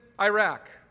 Iraq